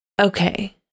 okay